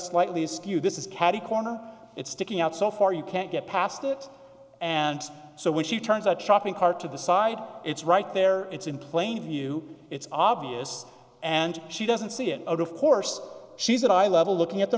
slightly askew this is catty corner it's sticking out so far you can't get past it and so when she turns out shopping cart to the side it's right there it's in plain view it's obvious and she doesn't see it of course she's an eye level looking at the